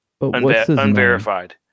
Unverified